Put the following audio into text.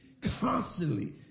constantly